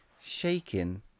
shaking